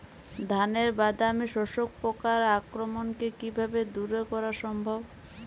ধানের বাদামি শোষক পোকার আক্রমণকে কিভাবে দূরে করা সম্ভব?